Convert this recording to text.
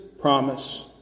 promise